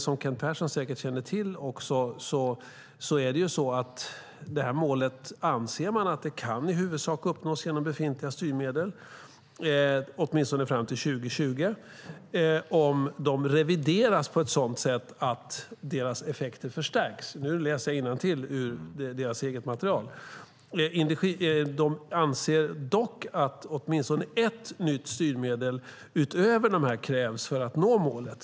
Som Kent Persson säkert känner till anser man att detta mål i huvudsak kan uppnås genom befintliga styrmedel, åtminstone fram till 2020, om de revideras på ett sådant sätt att deras effekter förstärks. Jag läser nu innantill ur myndighetens eget material. De anser dock att åtminstone ett nytt styrmedel utöver dessa krävs för att nå målet.